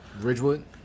Ridgewood